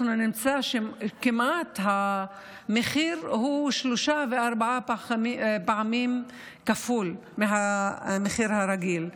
אנחנו נמצא שהמחיר הוא כמעט שלוש וארבע פעמים יותר מהמחיר הרגיל,